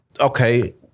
Okay